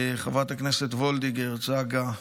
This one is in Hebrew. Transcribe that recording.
חברת הכנסת וולדיגר, צגה.